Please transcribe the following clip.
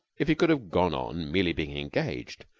if he could have gone on merely being engaged,